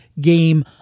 game